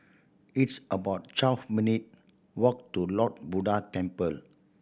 it's about twelve minute walk to Lord Buddha Temple